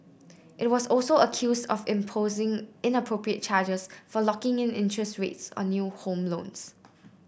it was also accuse of imposing inappropriate charges for locking in interest rates on new home loans